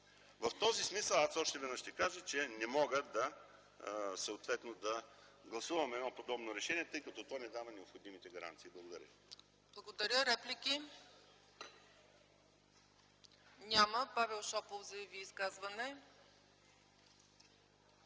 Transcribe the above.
В този смисъл, аз още веднъж ще кажа, че не мога да гласувам едно подобно решение, тъй като то не дава необходимите гаранции. Благодаря ви. ПРЕДСЕДАТЕЛ ЦЕЦКА ЦАЧЕВА: Реплики? Няма. Павел Шопов заяви изказване.